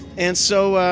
and so, ahhh,